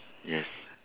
yes